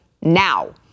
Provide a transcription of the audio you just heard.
now